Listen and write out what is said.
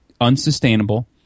unsustainable